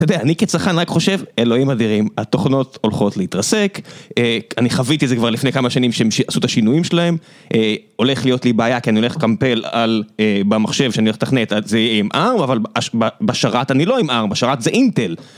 אתה יודע, אני כצרכן רק חושב, אלוהים אדירים, התוכנות הולכות להתרסק, אני חוויתי את זה כבר לפני כמה שנים כשהם עשו את השינויים שלהם, הולך להיות לי בעיה, כי אני הולך לקמפל במחשב שאני הולך לתכנן את זה עם R, אבל בשרת אני לא עם R, בשרת זה אינטל.